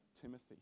Timothy